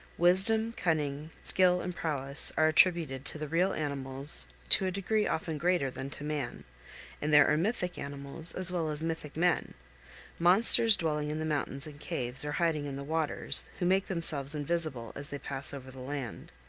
wisdom, cunning, skill, and prowess are attributed to the real animals to a degree often greater than to man and there are mythic animals as well as mythic men monsters dwelling in the mountains and caves or hiding in the waters, who make themselves invisible as they pass over the land.